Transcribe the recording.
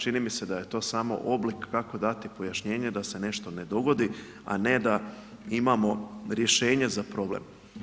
Čini mi se da je to samo oblik, kako dati pojašnjenje da se ne što ne dogodi, a ne da imamo rješenje za problem.